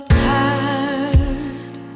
tired